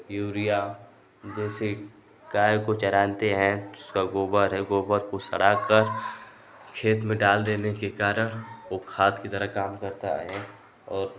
urea जैसे गाय को चराते हैं उसका गोबर है गोबर को सड़ा कर खेत में डाल देने के कारण वो खाद की तरह काम करता है और